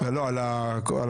לא, על הקודמת.